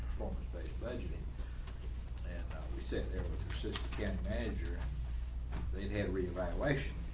based budgeting and we sit there with your system can manager they've had reevaluation.